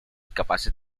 capaces